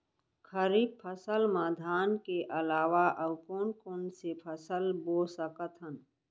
खरीफ फसल मा धान के अलावा अऊ कोन कोन से फसल बो सकत हन?